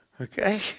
Okay